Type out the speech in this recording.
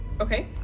Okay